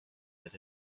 that